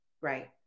Right